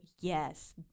yes